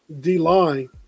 D-line